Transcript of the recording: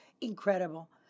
incredible